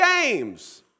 games